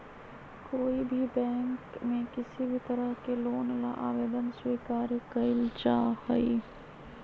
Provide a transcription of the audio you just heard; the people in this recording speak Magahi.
कोई भी बैंक में किसी भी तरह के लोन ला आवेदन स्वीकार्य कइल जाहई